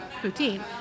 poutine